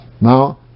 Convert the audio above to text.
now